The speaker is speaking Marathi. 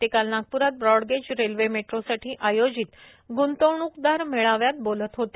ते काल नागपुरात ब्रॉडगेज रेल्वे मेट्रोसाठी आयोजित ग्ंतवणूकदार मेळाव्यात बोलत होते